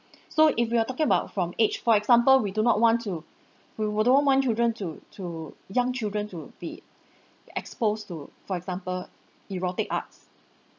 so if we are talking about from age for example we do not want to we will don't want children to to young children to be exposed to for example erotic arts